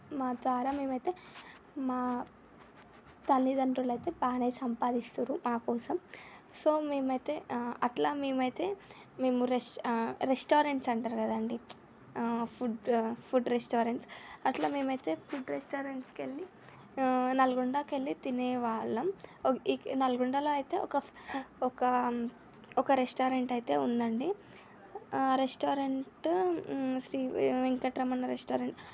మా ద్వారా మేము అయితే మా తల్లిదండ్రులు అయితే బాగానే సంపాదిస్తున్నాడు మా కోసం సో మేము అయితే అట్లా మేము అయితే మేము రె రెస్టారెంట్స్ అంటారు కదా అండి ఫుడ్ ఫుడ్ రెస్టారెంట్ అట్లా మేము అయితే ఫుడ్ రెస్టారెంట్స్కి నల్గొండకి వెళ్ళి తినే వాళ్ళం నల్గొండలో అయితే ఒక ఒక ఒక రెస్టారెంట్ అయితే ఉందండి ఆ రెస్టారెంట్ శ్రీ వెంకటరమణ రెస్టారెంట్